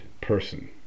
person